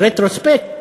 ברטרוספקט,